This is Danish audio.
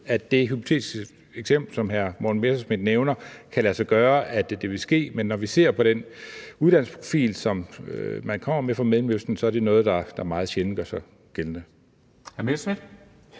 at det hypotetiske eksempel, som hr. Morten Messerschmidt nævner, kan lade sig gøre, og at det vil ske. Men når vi ser på den uddannelsesprofil, som man kommer med fra Mellemøsten, så er det noget, der meget sjældent gør sig gældende.